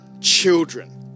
children